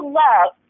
love